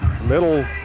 Middle